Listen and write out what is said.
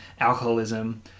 alcoholism